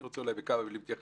אני רוצה בכמה מילים להתייחס.